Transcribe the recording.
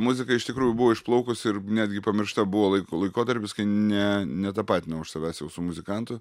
muzika iš tikrųjų buvo išplaukusi ir netgi pamiršta buvo laik laikotarpis kai ne netapatinau aš savęs jau su muzikantu